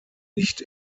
nicht